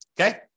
Okay